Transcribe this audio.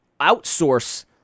outsource